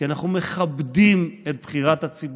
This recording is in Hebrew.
כי אנחנו מכבדים את בחירת הציבור,